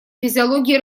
физиологии